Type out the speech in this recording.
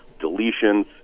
deletions